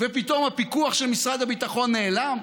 פתאום הפיקוח של משרד הביטחון נעלם,